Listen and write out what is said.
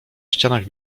ścianach